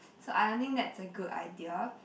so I don't think that's a good idea